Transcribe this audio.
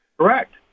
Correct